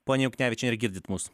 pone juknevičiene ar girdit mus